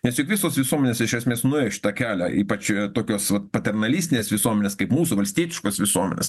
nes juk visos visuomenės iš esmės nuėjo šitą kelia ypač tokios paternalistinės visuomenės kaip mūsų valstietiškos visuomenės